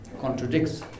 contradicts